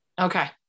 Okay